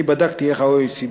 אני בדקתי איך ה-OECD